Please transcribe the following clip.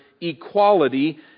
equality